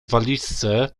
walizce